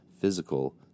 physical